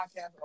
podcast